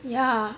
ya